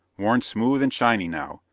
worn smooth and shiny now,